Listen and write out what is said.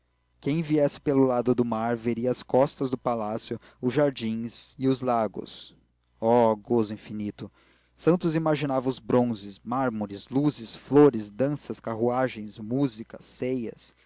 quem viesse pelo lado do mar veria as costas do palácio os jardins e os lagos oh gozo infinito santos imaginava os bronzes mármores luzes flores danças carruagens músicas ceias